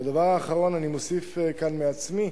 הדבר האחרון, אני מוסיף כאן מעצמי: